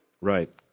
Right